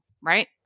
Right